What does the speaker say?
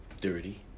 dirty